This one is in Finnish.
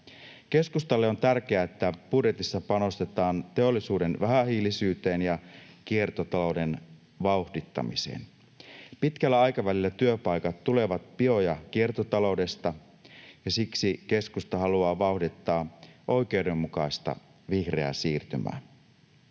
Keskustalle on tärkeää, että budjetissa panostetaan teollisuuden vähähiilisyyteen ja kiertotalouden vauhdittamiseen. Pitkällä aikavälillä työpaikat tulevat bio- ja kiertotaloudesta, ja siksi keskusta haluaa vauhdittaa oikeudenmukaista vihreää siirtymää.